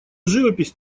живопись